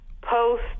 post